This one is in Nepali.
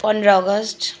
पन्ध्र अगस्त